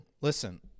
listen